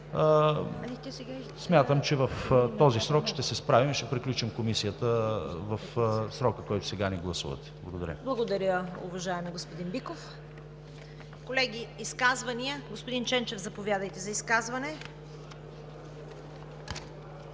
Смятам, че ще се справим и ще приключим Комисията в срока, който сега ни гласувате. Благодаря.